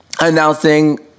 announcing